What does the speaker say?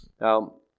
Now